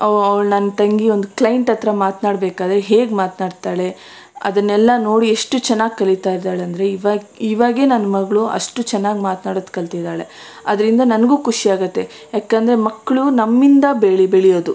ಅವ್ಳು ನನ್ನ ತಂಗಿ ಒಂದು ಕ್ಲೈಂಟ್ ಹತ್ತಿರ ಮಾತ್ನಾಡ್ಬೇಕಾದ್ರೆ ಹೇಗೆ ಮಾತ್ನಾಡ್ತಾಳೆ ಅದನ್ನೆಲ್ಲ ನೋಡಿ ಎಷ್ಟು ಚೆನ್ನಾಗಿ ಕಲೀತಾ ಇದ್ದಾಳೆ ಅಂದರೆ ಇವಾಗ ಇವಾಗೇ ನನ್ನ ಮಗಳು ಅಷ್ಟು ಚೆನ್ನಾಗಿ ಮಾತ್ನಾಡೋದು ಕಲ್ತಿದ್ದಾಳೆ ಅದರಿಂದ ನನಗೂ ಖುಷಿಯಾಗುತ್ತೆ ಯಾಕಂದರೆ ಮಕ್ಕಳು ನಮ್ಮಿಂದ ಬೆಳಿ ಬೆಳೆಯೋದು